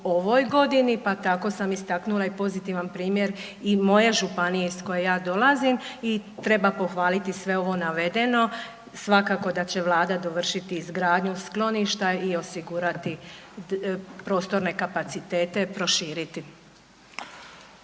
ovoj godini, pa tako sam istaknula i pozitivan primjer i moje županije iz koje ja dolazim i treba pohvaliti sve ovo navedeno. Svakako da će Vlada dovršiti izgradnju skloništa i osigurati prostorne kapacitete, proširiti.